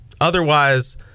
otherwise